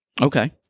Okay